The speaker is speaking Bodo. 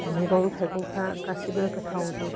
मैगं थायगंफ्रा गासिबो गोथावजोब